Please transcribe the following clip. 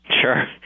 Sure